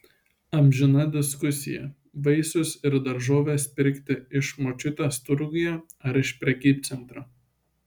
amžina diskusija vaisius ir daržoves pirkti iš močiutės turguje ar iš prekybcentrio